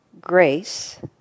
grace